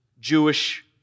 Jewish